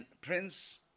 Prince